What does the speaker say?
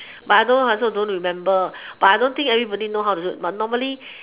but I don't I also don't remember but I don't think everybody know how to do but normally